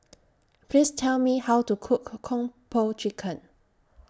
Please Tell Me How to Cook Kung Po Chicken